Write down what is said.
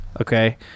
okay